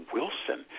Wilson